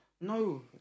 no